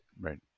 Right